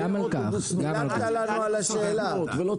אל תדלג על הנושא.